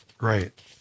Right